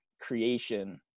creation